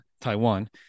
Taiwan